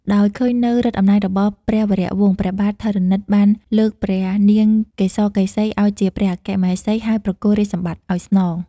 ដោយឃើញនូវឫទ្ធិអំណាចរបស់ព្រះវរវង្ស ព្រះបាទធរណិតបានលើកព្រះនាងកេសកេសីឱ្យជាព្រះអគ្គមហេសី ហើយប្រគល់រាជសម្បត្តិឱ្យស្នង។